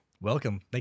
Welcome